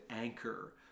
anchor